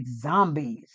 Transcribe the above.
zombies